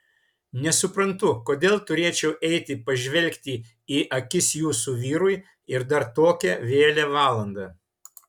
nesuprantu kodėl turėčiau eiti pažvelgti į akis jūsų vyrui ir dar tokią vėlią valandą